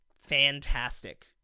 fantastic